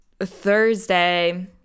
Thursday